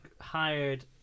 hired